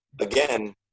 Again